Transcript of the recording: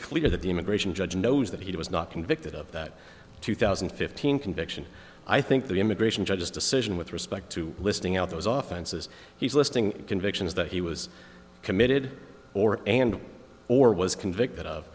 clear that the immigration judge knows that he was not convicted of that two thousand and fifteen conviction i think the immigration judge's decision with respect to listing out those often says he's listing convictions that he was committed or and or was convicted of